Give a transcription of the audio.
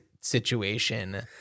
situation